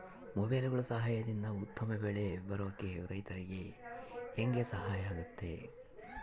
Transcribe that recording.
ಮೊಬೈಲುಗಳ ಸಹಾಯದಿಂದ ಉತ್ತಮ ಬೆಳೆ ಬರೋಕೆ ರೈತರಿಗೆ ಹೆಂಗೆ ಸಹಾಯ ಆಗುತ್ತೆ?